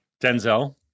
Denzel